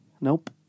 Nope